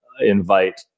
Invite